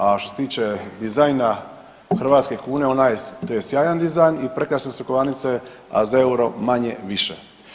A što se tiče dizajna hrvatske kune ona je, to je sjajan dizajn i prekrasne su kovanice, a za EUR-o manje-više.